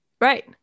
right